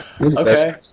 Okay